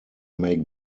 make